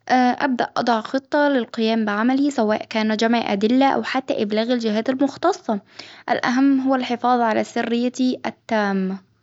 أبدأ أضع خطة للقيام بعملي سواء كان جمع أدلة أو حتى إبلاغ الجهات المختصة، الأهم هو الحفاظ على سريتي التامة.